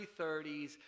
30s